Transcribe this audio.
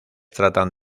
tratan